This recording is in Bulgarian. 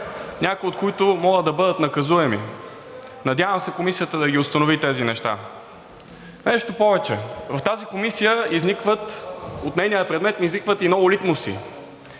някои от които могат да бъдат наказуеми. Надявам се Комисията да ги установи тези неща. Нещо повече, в тази Комисия изникват, от нейния предмет изникват много „литмуси“.